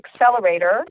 accelerator